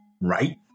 right